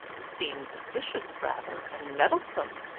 it seems officious rather, and meddlesome.